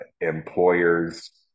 employers